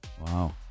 Wow